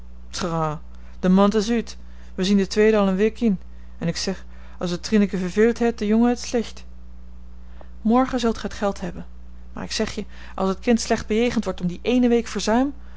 de maond is uut we zien de tweede al een weik ien en ik zeg als het trineke verveelt heit de jongen het slecht morgen zult gij het geld hebben maar ik zeg je als het kind slecht bejegend wordt om die ééne week verzuim